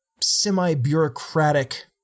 semi-bureaucratic